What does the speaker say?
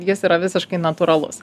jis yra visiškai natūralus